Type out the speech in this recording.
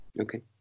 okay